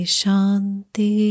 shanti